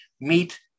meet